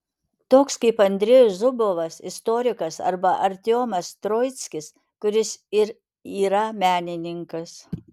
toks kaip andrejus zubovas istorikas arba artiomas troickis kuris ir yra menininkas